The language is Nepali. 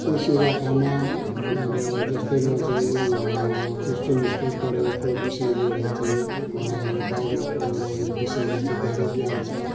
यस इलाकामा अब जस्तै म चाहिँ क्रिस्तान स्कुल पढेको विषय लिएर चाहिँ मलाई बाइबलको विषयमा चाहिँ धेरै ज्ञान छ